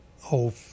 whole